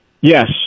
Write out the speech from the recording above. Yes